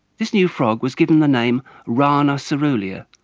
this new frog was given the name rana caerulea.